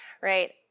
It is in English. right